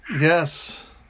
Yes